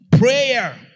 Prayer